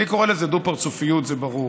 אני קורא לזה דו-פרצופיות, זה ברור.